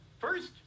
First